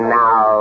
now